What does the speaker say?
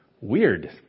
Weird